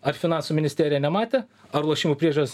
ar finansų ministerija nematė ar lošimų priežiūros